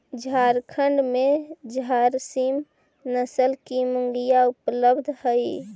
झारखण्ड में झारसीम नस्ल की मुर्गियाँ उपलब्ध हई